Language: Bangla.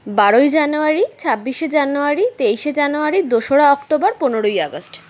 বারোই জানুয়ারি ছাব্বিশে জানুয়ারি তেইশে জানুয়ারি দোসরা অক্টোবর পনেরোই আগস্ট